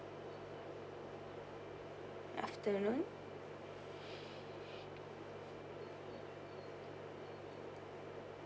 afternoon